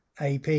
ap